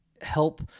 help